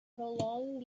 prolonged